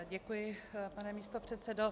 Děkuji, pane místopředsedo.